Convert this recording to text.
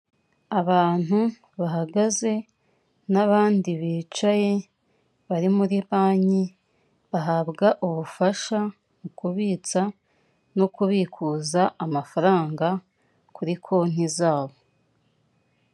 Abantu bahagaze n'abandi bicaye bari muri banki, bahabwa ubufasha mu kubitsa no kubikuza amafaranga kuri konti zabo.